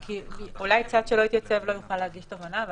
אולי צד שלא התייצב לא יוכל להגיש תובענה?